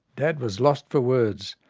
dad was lost for words.